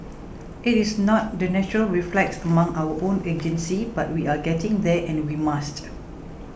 it is not the natural reflex among our own agencies but we are getting there and we must